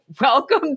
welcome